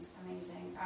amazing